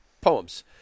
Poems